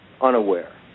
unaware